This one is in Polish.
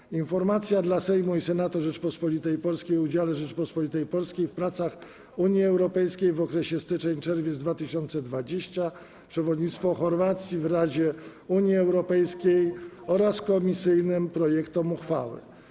7. Informacja dla Sejmu i Senatu Rzeczypospolitej Polskiej o udziale Rzeczypospolitej Polskiej w pracach Unii Europejskiej w okresie styczeń - czerwiec 2020 r. (przewodnictwo Chorwacji w Radzie Unii Europejskiej) oraz komisyjnym projektem uchwały.